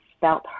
felt